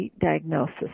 diagnosis